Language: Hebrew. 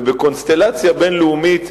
ובקונסטלציה בין-לאומית,